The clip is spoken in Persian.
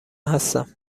هستم